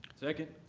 second.